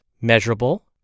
measurable